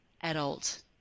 adult